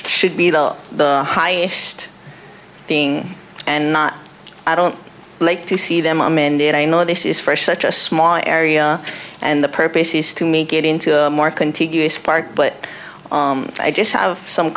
should be the highest being and not i don't like to see them amended i know this is for such a small area and the purpose is to make it into a more contiguous park but i just have some